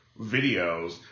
videos